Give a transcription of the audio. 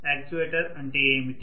actuator అంటే ఏమిటి